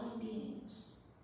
beings